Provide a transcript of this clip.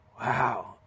wow